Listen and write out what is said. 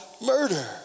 murder